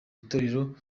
itetero